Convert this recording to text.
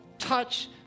Touch